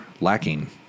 lacking